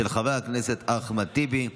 של חבר הכנסת אחמד טיבי.